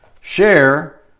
share